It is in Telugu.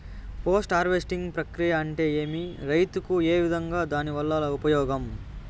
పోస్ట్ హార్వెస్టింగ్ ప్రక్రియ అంటే ఏమి? రైతుకు ఏ విధంగా దాని వల్ల ఉపయోగం?